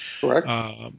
Correct